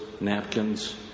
napkins